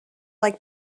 like